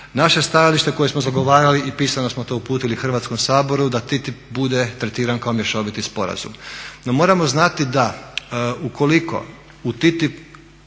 Naše stajalište koje smo zagovarali i pisano smo to uputili Hrvatskom saboru da TTIP bude tretiran kao mješoviti sporazum. No moramo znati da ukoliko u